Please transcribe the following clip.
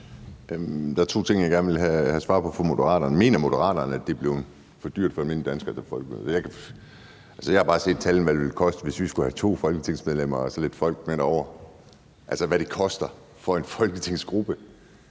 Der er to ting, jeg gerne vil have svar på fra Moderaterne. Mener Moderaterne, at det er blevet for dyrt for almindelige danskere at tage til Folkemødet? Jeg har bare set et tal for, hvad det ville koste, hvis vi skulle have to folketingsmedlemmer og så lidt folk med derover, altså hvad det koster for en folketingsgruppe,